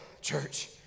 church